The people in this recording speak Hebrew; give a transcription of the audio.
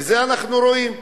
ואת זה אנחנו רואים,